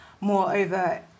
Moreover